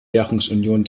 währungsunion